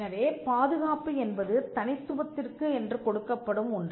எனவே பாதுகாப்பு என்பது தனித்துவத்திற்கு என்று கொடுக்கப்படும் ஒன்று